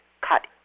cut